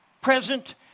present